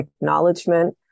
acknowledgement